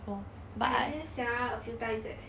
I have sia a few times eh